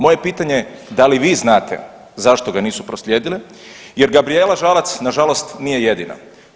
Moje pitanje, da li vi znate zašto ga nisu proslijedile jer Gabrijela Žalac nažalost nije jedina?